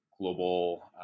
Global